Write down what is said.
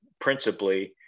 principally